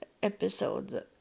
Episode